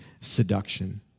seduction